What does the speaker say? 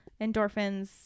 endorphins